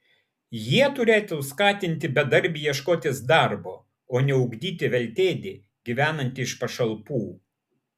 jie turėtų skatinti bedarbį ieškotis darbo o ne ugdyti veltėdį gyvenantį iš pašalpų